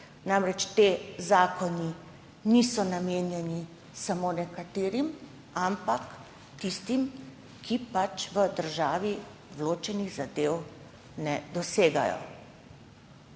namreč ti zakoni niso namenjeni samo nekaterim, ampak tistim, ki v državi določenih zadev ne dosegajo.